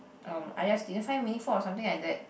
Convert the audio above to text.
um I just didn't find it meaningful or something like that